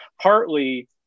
partly